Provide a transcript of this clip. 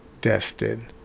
destined